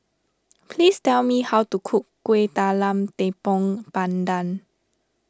please tell me how to cook Kueh Talam Tepong Pandan